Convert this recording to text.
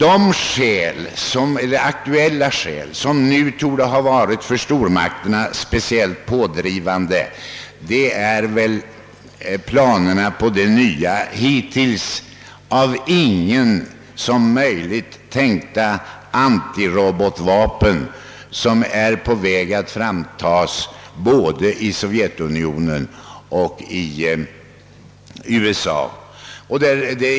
En direkt pådrivande roll när det gäller detta avtal torde stormakternas aktuella planer på de nya antirobotvapnen ha spelat och som, trots att väl ingen hade trott det vara möjligt att framställa sådana, nu håller på att framtas både i Sovjetunionen och i USA.